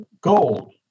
gold